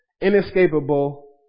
inescapable